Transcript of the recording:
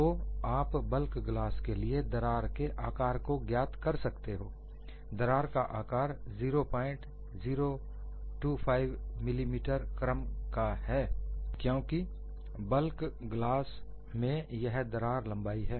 तो आप bulk glass के लिए दरार के आकार को ज्ञात कर सकते हो दरार का आकार 0025 मिलीमीटर क्रम का है क्योंकि बल्क गिलास में यह दरार लंबाई है